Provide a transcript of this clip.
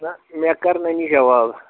نہَ مےٚ کَر نَنہِ جواب